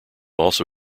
also